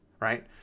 right